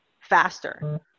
faster